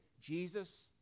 Jesus